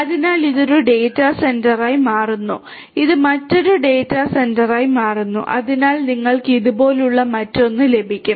അതിനാൽ ഇത് ഒരു ഡാറ്റാ സെന്ററായി മാറുന്നു ഇത് മറ്റൊരു ഡാറ്റാ സെന്ററായി മാറുന്നു അതിനാൽ നിങ്ങൾക്ക് ഇതുപോലുള്ള മറ്റൊന്ന് ലഭിക്കും